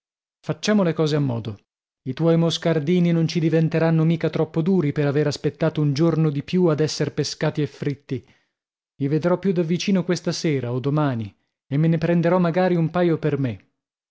facciamo le cose a modo i tuoi moscardini non ci diventeranno mica troppo duri per aver aspettato un giorno di più ad esser pescati e fritti li vedrò più da vicino questa sera o domani e me ne prenderò magari un paio per me